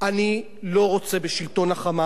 אני לא רוצה בשלטון ה"חמאס",